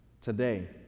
today